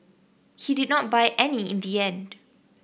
he did not buy any in the end